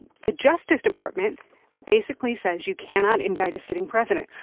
the justice department basically says you cannot indict a sitting president.